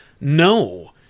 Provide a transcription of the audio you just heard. No